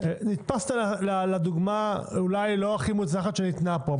-- נתפסת לדוגמה אולי לא הכי מוצלחת שניתנה פה.